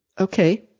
Okay